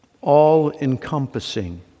All-encompassing